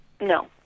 No